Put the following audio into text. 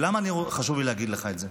ולמה חשוב לי להגיד לך את זה.